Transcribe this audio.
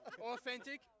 authentic